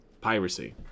piracy